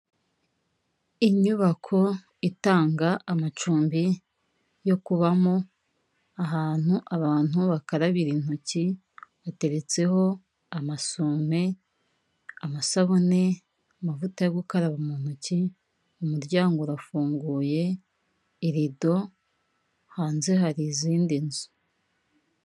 Inyubako itanga amacumbi yo kubamo, ahantu abantu bakarabira intoki. Hateretseho amasume, amasabune, n'amavuta yo gukaraba mu ntoki. Umuryango urafunguye, irido, hanze hari izindi nzu.